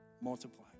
multiply